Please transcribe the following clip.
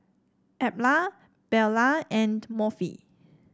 Edla Beulah and Murphy